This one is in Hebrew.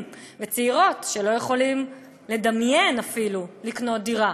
וצעירות שלא יכולים לדמיין אפילו לקנות דירה.